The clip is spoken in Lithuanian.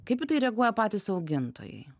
kaip į tai reaguoja patys augintojai